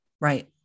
Right